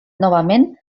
novament